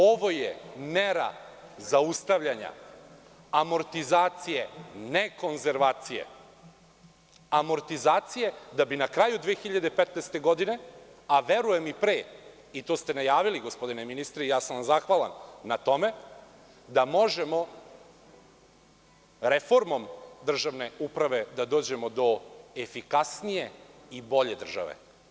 Ovo je mera zaustavljanja amortizacije, ne konzervacije, amortizacije, da bi na kraju 2015. godine, a verujem i pre, i to ste najavili, gospodine ministre, i ja sam vam zahvalan na tome, da možemo reformom državne uprave da dođemo do efikasnije i bolje države.